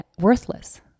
worthless